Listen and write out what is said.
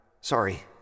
Sorry